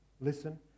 listen